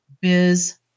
biz